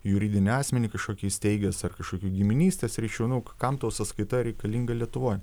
juridinį asmenį kažkokį įsteigęs ar kažkokių giminystės ryšių nu kam tau sąskaita reikalinga lietuvoj